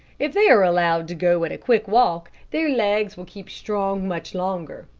if they are allowed to go at a quick walk, their legs will keep strong much longer.